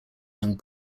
young